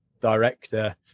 director